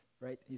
right